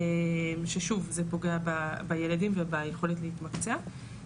ששוב זה פוגע בילדים וביכולת להתמקצע.